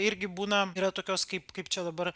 irgi būna yra tokios kaip kaip čia dabar